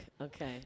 Okay